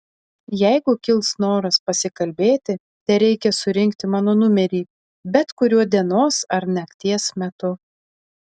jeigu kils noras pasikalbėti tereikia surinkti mano numerį bet kuriuo dienos ar nakties metu